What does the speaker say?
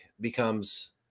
becomes